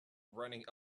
running